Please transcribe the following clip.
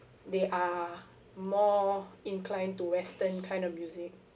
they are more inclined to western kind of music